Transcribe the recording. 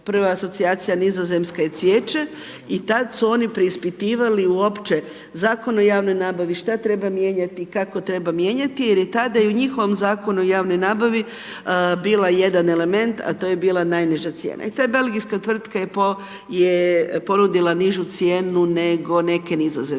prva asocijacija Nizozemske je cvijeće i tad su oni preispitivali uopće Zakon o javnoj nabavi, šta treba mijenjati, kako treba mijenjati jer je tada i u njihovom Zakonu o javnoj nabavi bila jedan element a to je bila najniža cijena i ta belgijska tvrtka je ponudila nižu cijenu nego neke nizozemske.